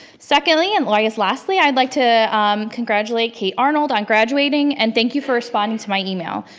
secondly, and i guess lastly, i'd like to congratulate kate arnold on graduating and thank you for responding to my email.